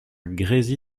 grésy